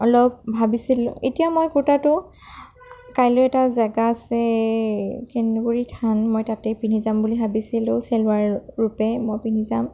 অলপ ভাবিছিলোঁ এতিয়া মই কুৰ্টাটো কাইলৈ এটা জেগা আছে এই কেন্দুগুৰি থান মই তাতেই পিন্ধি যাম ভাবিছিলোঁ চেলোৱাৰৰূপে মই পিন্ধি যাম